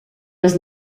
was